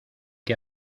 que